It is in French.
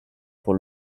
pour